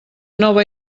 nova